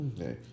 okay